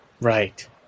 Right